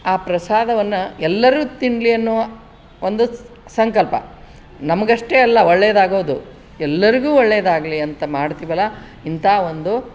ಆ ಪ್ರಸಾದವನ್ನು ಎಲ್ಲರೂ ತಿನ್ನಲಿ ಅನ್ನುವ ಒಂದು ಸಂಕಲ್ಪ ನಮಗಷ್ಟೇ ಅಲ್ಲ ಒಳ್ಳೆಯದಾಗೋದು ಎಲ್ಲರಿಗೂ ಒಳ್ಳೆದಾಗಲಿ ಅಂತ ಮಾಡ್ತೀವಲ್ಲ ಇಂಥ ಒಂದು